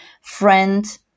friend